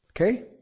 Okay